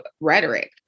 rhetoric